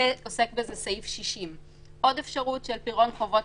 בזה עוסק סעיף 60. עוד אפשרות של פירעון חובות